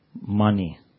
Money